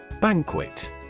Banquet